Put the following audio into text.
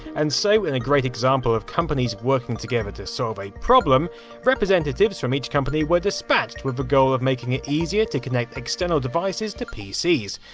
and so in a great example of companies working together to solve a problem representatives from each company were dispatched with the goal of making it easier to connect external devices to pcs,